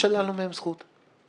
שללנו מהם זכות.